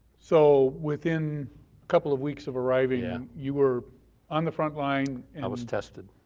so within a couple of weeks of arriving, and you were on the front line i was tested.